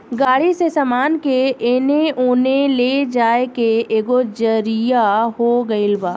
गाड़ी से सामान के एने ओने ले जाए के एगो जरिआ हो गइल बा